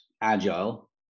agile